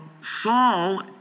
Saul